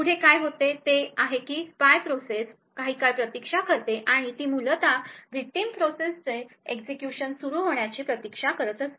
पुढे काय होते ते हे की स्पाय प्रोसेस काही काळ प्रतीक्षा करते आणि ती मूलत विक्टिम प्रोसेसचे एक्झिक्युशन सुरू होण्याची प्रतीक्षा करीत असते